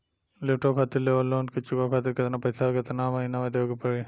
Laptop खातिर लेवल loan के चुकावे खातिर केतना पैसा केतना महिना मे देवे के पड़ी?